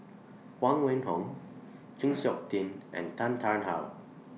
Huang Wenhong Chng Seok Tin and Tan Tarn How